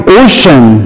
ocean